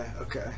okay